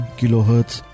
kilohertz